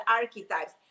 archetypes